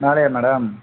மேலையா மேடம்